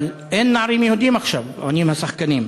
אבל אין נערים יהודים עכשיו, עונים השחקנים.